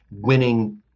winning